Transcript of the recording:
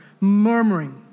murmuring